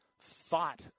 thought